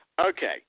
Okay